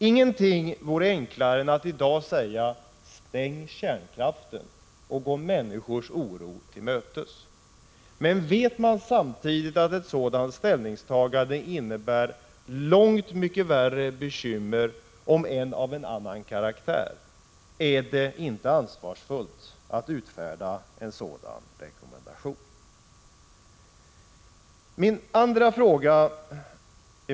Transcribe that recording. Ingenting vore enklare än att i dag säga ”Stäng kärnkraften!” och gå människors oro till mötes, men vet man samtidigt att ett sådant ställningstagande innebär långt mycket värre bekymmer, om än av en annan karaktär, är det inte ansvarsfullt att utfärda en sådan rekommendation.